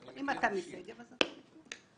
אני מכיר כאלה שהלכו לאקדמיות.